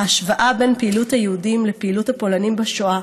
ההשוואה בין פעילות היהודים לפעילות הפולנים בשואה,